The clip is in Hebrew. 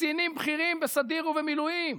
קצינים בכירים בסדיר ובמילואים,